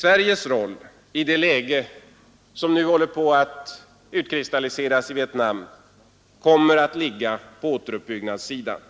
Sveriges roll i det läge som nu håller på att utkristalliseras i Vietnam kommer att ligga på återuppbyggnadssidan.